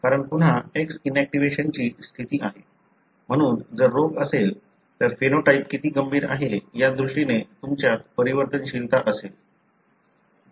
कारण पुन्हा X inactivation ची स्थिती आहे म्हणून जर रोग असेल तर फेनोटाइप किती गंभीर आहे या दृष्टीने तुमच्यात परिवर्तनशीलता असेल